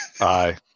Aye